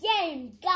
game